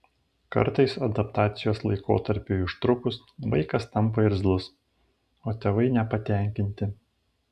kartais adaptacijos laikotarpiui užtrukus vaikas tampa irzlus o tėvai nepatenkinti